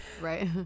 right